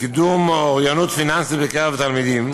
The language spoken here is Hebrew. לקידום אוריינות פיננסית בקרב התלמידים,